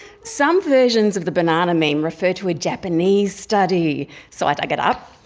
some versions of the banana meme refer to a japanese study so i dug it up.